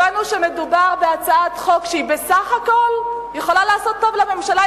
הבנו שמדובר בהצעת חוק שבסך הכול יכולה לעשות טוב לממשלה,